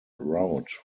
route